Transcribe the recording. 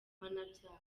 mpanabyaha